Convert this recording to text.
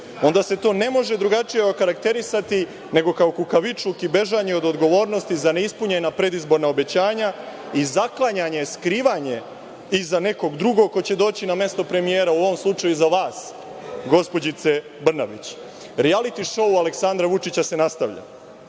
onda se to ne može drugačije okarakterisati nego kao kukavičluk i bežanje od odgovornosti za neispunjena predizborna obećanja i zaklanjanje, skrivanje iza nekog drugog ko će doći na mesto premijera, a u ovom slučaju iza vas, gospođice Brnabić. Rijaliti šou Aleksandra Vučića se nastavlja. Postavlja